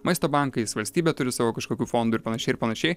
maisto bankais valstybė turi savo kažkokių fondų ir panašiai ir panašiai